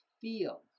Feel